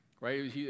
right